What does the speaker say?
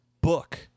book